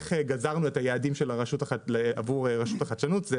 איך גזרנו את היעדים של הרשות עבור רשות החדשנות,